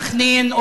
בסח'נין,